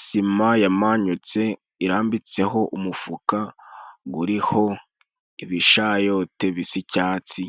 Sima yamanyutse irambitseho umufuka. Uriho ibishayote bisa icyatsi.